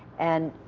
and